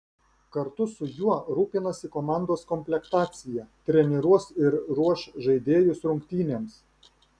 kartu su juo rūpinasi komandos komplektacija treniruos ir ruoš žaidėjus rungtynėms